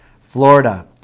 Florida